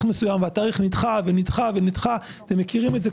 מסוים והתאריך נדחה ונדחה ונדחה כולכם מכירים את זה.